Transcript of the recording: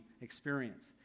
experience